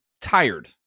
tired